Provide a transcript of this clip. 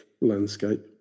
landscape